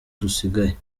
dusigaye